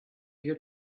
your